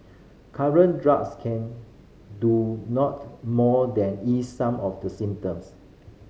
current drugs can do not more than ease some of the symptoms